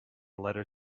letter